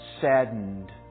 saddened